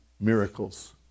miracles